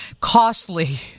costly